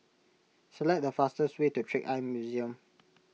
select the fastest way to Trick Eye Museum